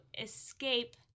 escape